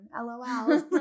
LOL